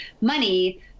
money